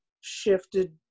shifted